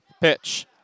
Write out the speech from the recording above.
Pitch